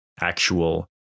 actual